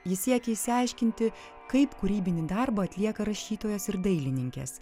ji siekė išsiaiškinti kaip kūrybinį darbą atlieka rašytojos ir dailininkės